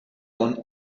con